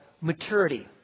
maturity